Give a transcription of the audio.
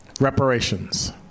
Reparations